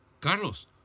Carlos